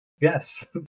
yes